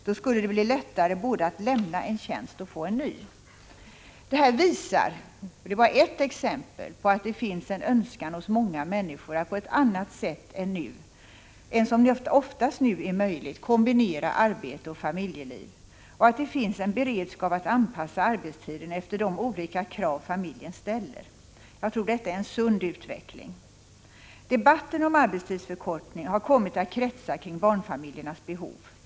Då skulle det bli lättare både att lämna en tjänst och att få en ny. Detta exempel visar att det finns en önskan hos många människor att på ett annat sätt än vad som nu oftast är möjligt kombinera arbete och familjeliv och att det finns en beredskap att anpassa arbetstiden efter de olika krav familjen ställer. Jag tror att detta är en sund utveckling. Debatten om arbetstidsförkortning har kommit att kretsa kring barnfamiljernas behov.